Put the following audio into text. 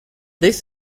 this